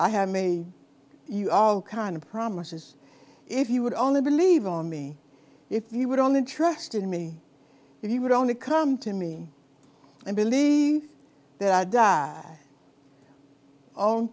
i have made you all kind of promises if you would only believe on me if you would only trust in me he would only come to me and believe that i die